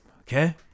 okay